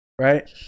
right